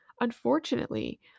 unfortunately